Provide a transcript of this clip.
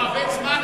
הוא מאבד זמן עכשיו.